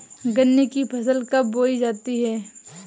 गन्ने की फसल कब बोई जाती है?